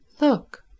Look